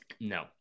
No